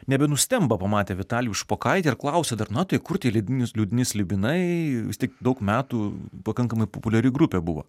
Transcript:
nebenustemba pamatę vitalijų špokaitį ir klausia dar na tai kur tie liūdni slibinai tiek daug metų pakankamai populiari grupė buvo